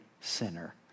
sinner